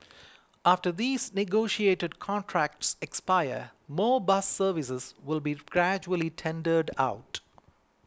after these negotiated contracts expire more bus services will be gradually tendered out